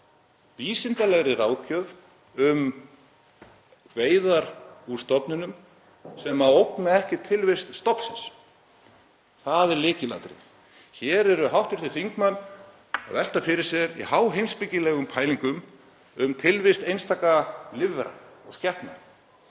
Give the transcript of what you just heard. vísindalegri ráðgjöf um veiðar úr stofninum sem ógna ekki tilvist stofnsins, það er lykilatriði. Hér eru hv. þingmenn að velta fyrir sér í háheimspekilegum pælingum tilvist einstaka lífvera, skepna.